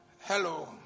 Hello